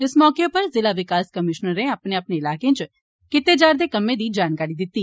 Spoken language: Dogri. इस मौके उप्पर जिला विकास कमीशनरें अपने अपने ईलाकें च कीते जा'रदे कम्में दी जनकारी दिती